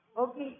Okay